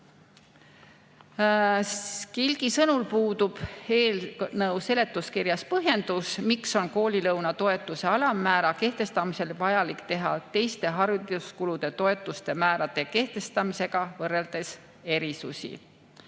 Kilgi sõnul puudub eelnõu seletuskirjas põhjendus, miks on koolilõuna toetuse alammäära kehtestamisel vajalik teha teiste hariduskulude toetuste määrade kehtestamisega võrreldes erisusi.